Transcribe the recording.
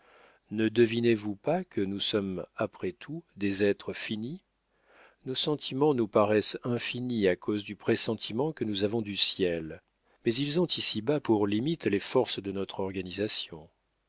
ne devinez-vous pas que nous sommes après tout des êtres finis nos sentiments nous paraissent infinis à cause du pressentiment que nous avons du ciel mais ils ont ici-bas pour limites les forces de notre organisation